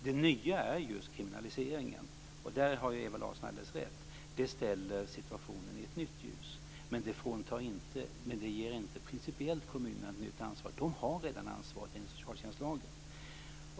Det nya är just kriminaliseringen, och där har Ewa Larsson alldeles rätt: Den ställer situationen i ett nytt ljus. Men den ger inte principiellt kommunerna ett nytt ansvar. De har redan ansvaret enligt socialtjänstlagen.